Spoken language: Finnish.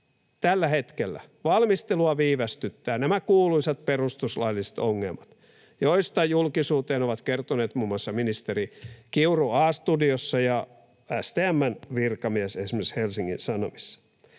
tällä hetkellä valmistelua viivästyttävät nämä kuuluisat perustuslailliset ongelmat, joista julkisuuteen ovat kertoneet muun muassa ministeri Kiuru A-studiossa ja STM:n virkamies esimerkiksi Helsingin Sanomissa.